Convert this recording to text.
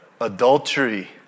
Adultery